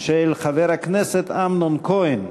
של חבר הכנסת אמנון כהן.